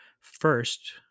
first